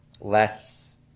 less